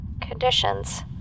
conditions